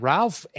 Ralph